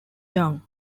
down